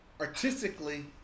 artistically